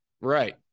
right